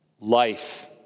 Life